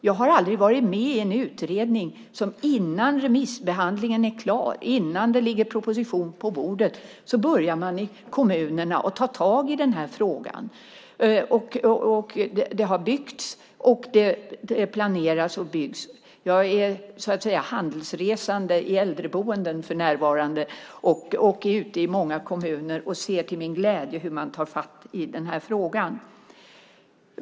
Jag har aldrig varit med i en utredning där man i kommunerna innan remissbehandlingen är klar, innan det ligger proposition på bordet, börjar ta tag i frågan. Det har byggts, och det planeras och byggs. Jag är handelsresande i äldreboenden för närvarande och är ute i många kommuner och ser till min glädje hur man tar fatt i den här frågan.